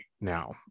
now